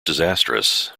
disastrous